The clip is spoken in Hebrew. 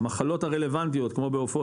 המחלות הרלוונטיות כמו בעופות,